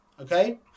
okay